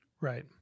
Right